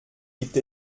gibt